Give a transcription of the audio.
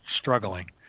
struggling